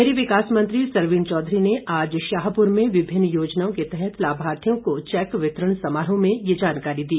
शहरी विकास मंत्री सरवीण चौधरी ने आज शाहपुर में विभिन्न योजनाओं के तहत लाभार्थियों को चैक वितरण समारोह में ये जानकारी दी